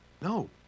No